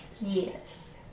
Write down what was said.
yes